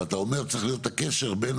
אבל אתה אומר צריך להיות הקשר בין